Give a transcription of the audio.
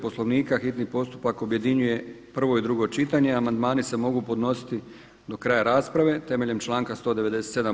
Poslovnika hitni postupak objedinjuje prvo i drugo čitanje a amandmani se mogu podnosti do kraja rasprave temeljem članka 197.